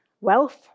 wealth